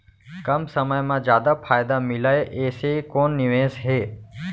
कम समय मा जादा फायदा मिलए ऐसे कोन निवेश हे?